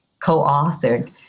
co-authored